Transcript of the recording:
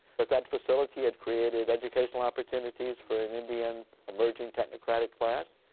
but that facility had created educational opportunities for an indian emerging technocratic class.